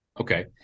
Okay